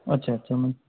अच्छा अच्छा मग